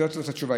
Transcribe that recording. זו התשובה.